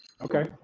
Okay